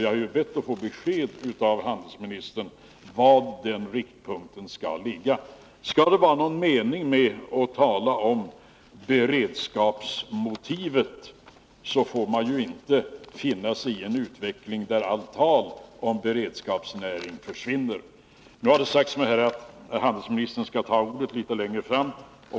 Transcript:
Jag har bett att få besked av handelsministern var den riktpunkten skall ligga. Skall det vara någon mening med att tala om beredskapsmotivet får vi ju inte finna oss i en utveckling där allt tal om beredskapsförsörjning försvinner. Det har sagts mig här att handelsministern skall ta till ordet litet längre fram.